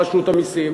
רשות המסים?